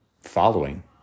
following